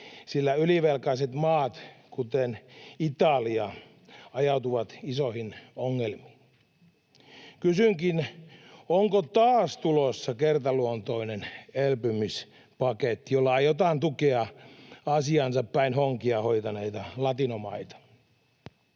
sillä ylivelkaiset maat, kuten Italia, ajautuvat isoihin ongelmiin. Kysynkin: onko taas tulossa kertaluontoinen elpymispaketti, jolla aiotaan tukea asiansa päin honkia hoitaneita latinomaita?